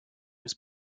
was